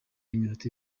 y’iminota